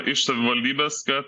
iš savivaldybės kad